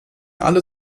alle